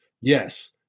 yes